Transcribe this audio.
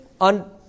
on